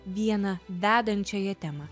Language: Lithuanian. vieną vedančiąją temą